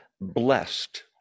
blessed